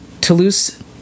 *Toulouse*